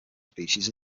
species